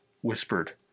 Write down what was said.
whispered